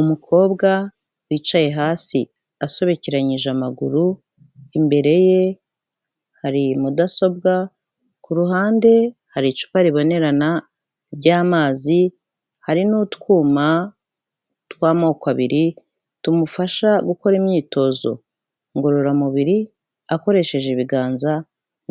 Umukobwa yicaye hasi asobekeranyije amaguru, imbere ye hari mudasobwa, ku ruhande hari icupa ribonerana ry'amazi, hari n'utwuma tw'amoko abiri tumufasha gukora imyitozo ngororamubiri akoresheje ibiganza